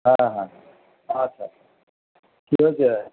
হ্যাঁ হ্যাঁ আচ্ছা কি হয়েছে